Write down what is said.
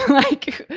like,